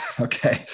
okay